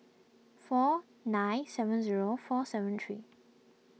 four nine seven zero four seven three